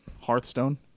Hearthstone